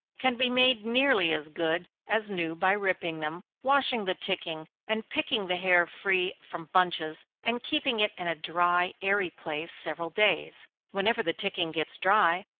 can be made nearly as good as new by ripping them, washing the ticking, and picking the hair free from bunches, and keeping it in a dry, airy place, several days. whenever the ticking gets dry,